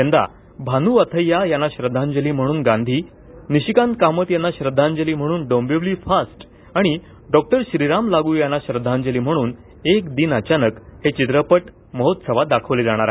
यंदा भानू अथय्या यांना श्रद्धांजली म्हणून गांधी निशिकांत कामत यांना श्रद्धांजली म्हणून डोंबिवली फास्ट आणि डॉक्टर श्रीराम लागू यांना श्रद्धांजली म्हणून एक दिन अचानक हे चित्रपट महोत्सवात दाखवले जाणार आहेत